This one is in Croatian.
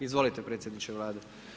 Izvolite predsjedniče Vlade.